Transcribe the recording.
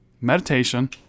Meditation